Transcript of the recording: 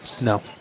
No